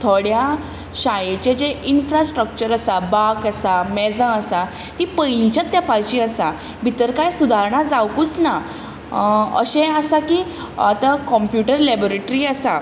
थोड्या शाळेंचें जें इन्फ्रास्ट्रक्चर आसा बांक आसा मेजां आसा तीं पयलींच्याच तेंपाचीं आसा भितर कांय सुदारणां जावंकच ना अशें आसा की आतां कंप्यूटर लॅबोरिट्री आसा